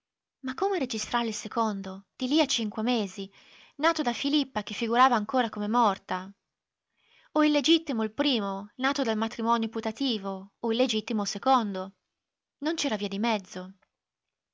ma come registrare il secondo di lì a cinque mesi nato da filippa che figurava ancora come morta o illegittimo il primo nato dal matrimonio putativo o illegittimo il secondo non c'era via di mezzo